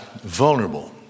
vulnerable